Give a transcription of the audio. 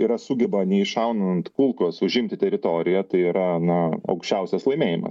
yra sugeba neiššaunant kulkos užimti teritoriją tai yra na aukščiausias laimėjimas